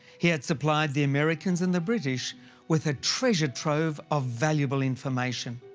he had supplied the americans and the british with a treasure trove of valuable information.